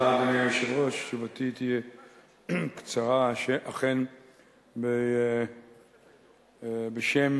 היושב-ראש, תודה, תשובתי תהיה קצרה, אכן, בשם